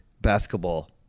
basketball